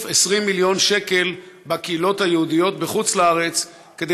20 מיליון שקל בקהילות היהודיות בחוץ-לארץ כדי